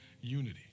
unity